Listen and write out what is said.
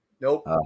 Nope